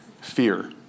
Fear